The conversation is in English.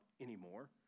anymore